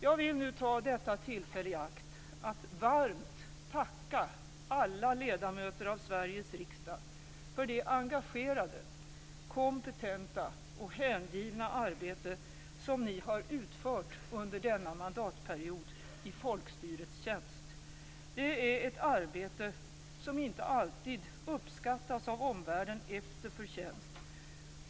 Jag vill ta detta tillfälle i akt att varmt tacka alla ledamöter av Sveriges riksdag för det engagerade, kompetenta och hängivna arbete som ni har utfört under denna mandatperiod i folkstyrets tjänst. Det är ett arbete som inte alltid uppskattas av omvärlden efter förtjänst.